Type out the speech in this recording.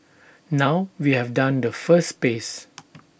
now we have done the first phase